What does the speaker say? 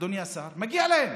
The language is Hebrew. אדוני השר, מגיע להם.